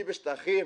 אני בשטחים,